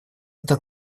это